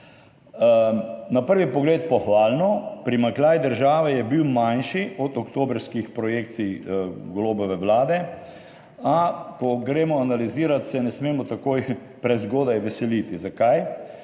Na prvi pogled pohvalno; primanjkljaj države je bil manjši od oktobrskih projekcij Golobove Vlade. A ko gremo analizirati, se ne smemo takoj prezgodaj veseliti. Zakaj?